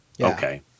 okay